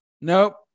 Nope